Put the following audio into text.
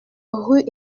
rue